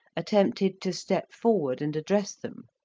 attempted to step forward and address them.